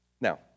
Now